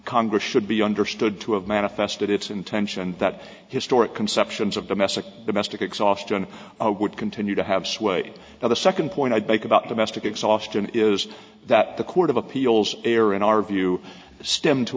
congress should be understood to have manifested its intention that historic conceptions of domestic domestic exhaustion would continue to have sway now the second point i'd make about domestic exhaustion is that the court of appeals error in our view stemmed to